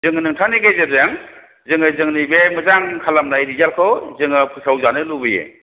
जोङो नोंथांनि गेजेरजों जोङो जोंनि जे मोजां खालामनाय रिजाल्टखौ जोङो फोसावजानो लुबैयो